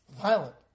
violent